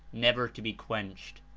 never to be quenched.